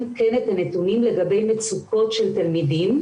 כן את הנתונים לגבי מצוקות של תלמידים.